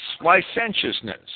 licentiousness